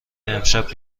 امشب